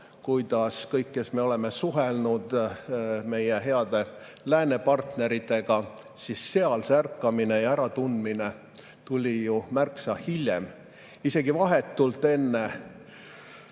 seda – kõik, kes me oleme suhelnud meie heade lääne partneritega –, et seal see ärkamine ja äratundmine tuli märksa hiljem. Isegi vahetult enne